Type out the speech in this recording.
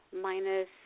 minus